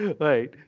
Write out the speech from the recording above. Right